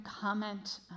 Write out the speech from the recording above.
comment